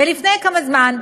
ולפני כמה זמן,